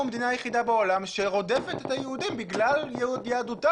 אנחנו המדינה היחידה בעולם שרודפת את היהודים בגלל יהדותם,